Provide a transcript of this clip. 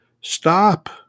Stop